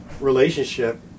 relationship